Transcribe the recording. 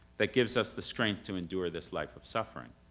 that gives us the strength to endure this life of suffering.